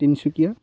Tinsukia